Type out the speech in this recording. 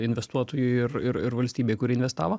investuotojui ir ir ir valstybei kuri investavo